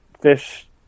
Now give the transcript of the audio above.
fish